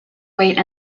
wait